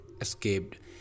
escaped